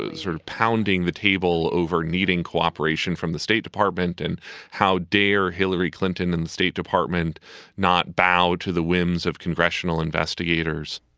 ah sort of pounding the table over needing cooperation from the state department and how dare hillary clinton and the state department not bowed to the whims of congressional investigators?